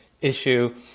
issue